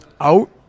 out